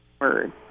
word